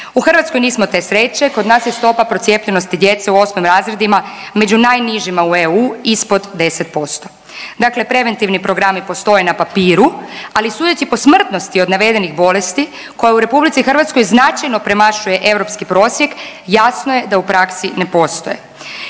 U Hrvatskoj nismo te sreće, kod nas je stopa procijepljenosti djece u 8. razredima među najnižima u EU, ispod 10%. Dakle, preventivni programi postoje na papiru, ali sudeći po smrtnosti od navedenih bolesti koja u RH značajno premašuje europski prosjek jasno je da u praksi ne postoje.